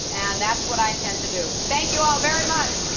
and that's what i intend to do. thank you all very much.